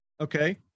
Okay